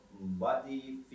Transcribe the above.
body